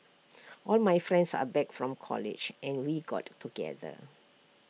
all my friends are back from college and we got together